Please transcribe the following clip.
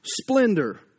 splendor